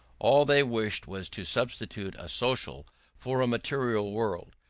all they wished was to substitute a social for a material world,